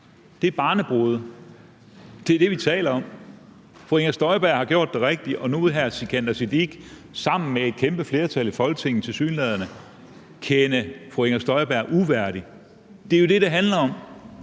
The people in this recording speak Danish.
det er barnebrude, og det er det, vi taler om. Fru Inger Støjberg har gjort det rigtige, og nu vil hr. Sikandar Siddique sammen med et kæmpe flertal i Folketinget tilsyneladende kende fru Inger Støjberg uværdig. Det er det, det handler om.